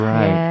Right